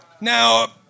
Now